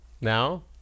now